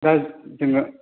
दा जोङो